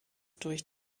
durch